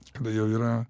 kada jau yra